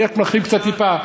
אני רק מרחיב קצת, טיפה.